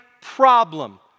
problem